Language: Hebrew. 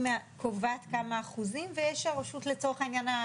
היא קובעת כמה אחוזים ויש הרשות לצורך העניין,